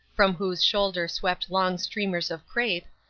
from whose shoulder swept long streamers of crape,